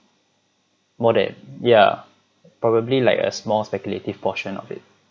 more than yeah probably like a small speculative portion of it